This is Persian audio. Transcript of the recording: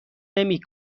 نمی